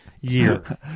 year